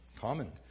common